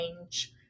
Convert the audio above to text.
range